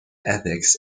ethics